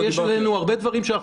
אתה יודע שיש בינינו הרבה דברים שאנחנו